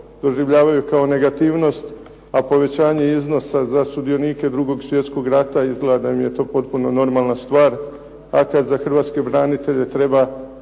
doživljavaju kao negativnost, a povećanje iznosa za sudionike 2. svjetskog rata izgleda da im je to potpuno normalna stvar, a kad za hrvatske branitelje treba